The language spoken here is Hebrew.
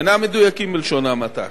אינם מדויקים, בלשון המעטה.